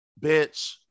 bitch